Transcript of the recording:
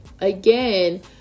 again